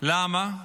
למה?